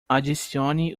adicione